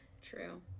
True